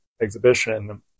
exhibition